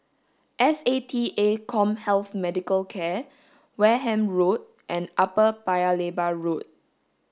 S A T A CommHealth Medical Wareham Road and Upper Paya Lebar Road